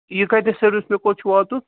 یہِ کَتٮ۪تھ سیٚدَس چھِ مےٚ کوٚت چھُ واتُن